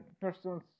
person's